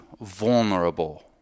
vulnerable